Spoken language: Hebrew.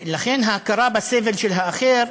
לכן, ההכרה בסבל של האחר,